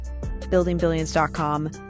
Buildingbillions.com